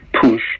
push